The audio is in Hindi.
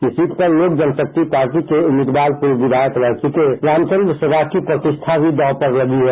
इस सीट पर लोक जनशक्ति पार्टी के उम्मीदवार पूर्व विधायक रह चुके रामचंद्र सदा की प्रतिष्ठा भी दांव पर लगी है